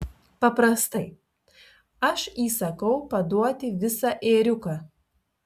paprastai aš įsakau paduoti visą ėriuką